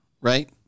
right